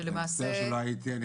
שלמעשה, אני מצטער שלא הייתי, אני